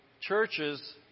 churches